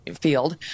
field